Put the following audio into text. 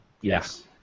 Yes